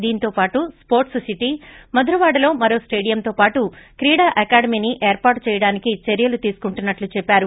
దీంతోపాటు sports city మధురవాడలో మరో స్టేడియంతో పాటు క్రీడా అకాడమీని ఏర్పాటు చేయడానికి చర్యలు తీసుకుంటున్నట్లు చెప్పారు